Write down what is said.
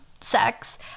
sex